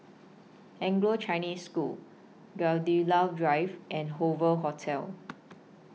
Anglo Chinese School Gladiola Drive and Hoover Hotel